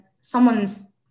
someone's